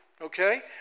okay